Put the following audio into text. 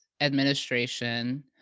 administration